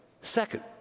second